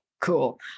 Cool